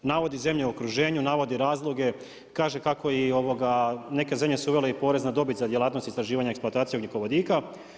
Navodi zemlje u okruženju, navodi razloge, kaže kako i neke zemlje su uvele i porez na dobit za djelatnost istraživanja eksplantacije ugljikovodika.